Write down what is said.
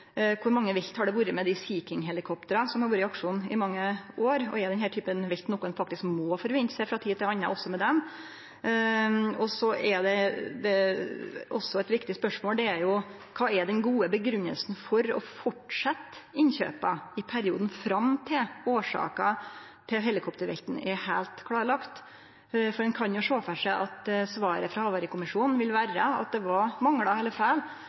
typen velt noko ein frå tid til anna faktisk må forvente også med dei? Eit viktig spørsmål er også: Kva er den gode grunngjevinga for å fortsetje innkjøpa i perioden fram til årsaka til helikoptervelten er heilt klarlagd? Ein kan jo sjå for seg at svaret frå havarikommisjonen vil vere at det var manglar eller feil